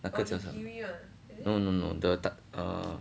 那个叫什么 no no no the ta~ uh